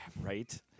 Right